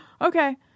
Okay